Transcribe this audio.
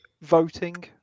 Voting